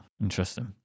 Interesting